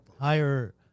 higher